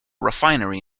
refinery